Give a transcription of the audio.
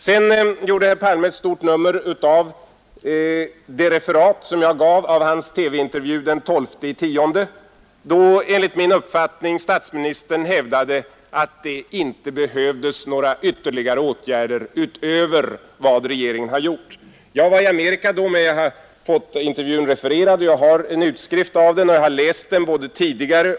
Sedan gjorde herr Palme ett stort nummer av det referat som jag gav av hans TV-intervju den 12 oktober, då enligt min uppfattning statsministern hävdade att det inte behövdes några åtgärder utöver vad regeringen redan har gjort. Jag var då i Amerika, men jag har fått intervjun refererad och har en utskrift av den som jag läst både nu och tidigare.